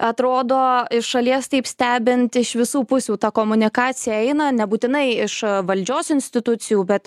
atrodo iš šalies taip stebint iš visų pusių ta komunikacija eina nebūtinai iš valdžios institucijų bet